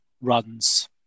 runs